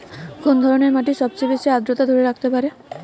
কোন ধরনের মাটি সবচেয়ে বেশি আর্দ্রতা ধরে রাখতে পারে?